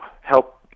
help